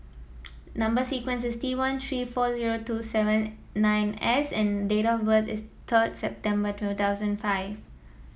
number sequence is T one three four zero two seven nine S and date of birth is third September two thousand five